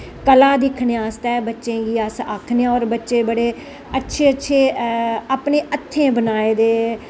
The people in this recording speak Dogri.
कला दिक्खने आस्तै बच्चें गी अस आखने आं होर बच्चे बड़े अच्छे अच्छे अपने हत्थें बनाए दे